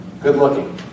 good-looking